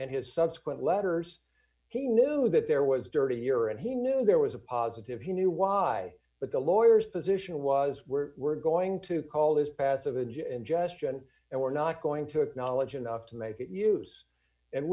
and his subsequent letters he knew that there was dirty here and he knew there was a positive he knew why but the lawyers position was we're we're going to call this passive and ingestion and we're not going to acknowledge enough to make it use and